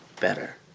better